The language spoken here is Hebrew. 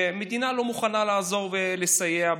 שהמדינה לא מוכנה לעזור ולסייע,